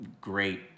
great